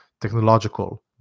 technological